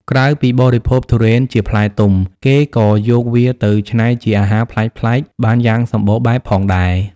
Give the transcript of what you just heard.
ក្រៅពីបរិភោគទុរេនជាផ្លែទុំ គេក៏យកវាទៅច្នៃជាអាហារប្លែកៗបានយ៉ាងសម្បូរបែបផងដែរ។